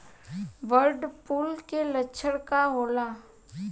Bird flu के लक्षण का होला?